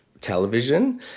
television